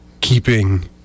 keeping